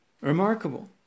Remarkable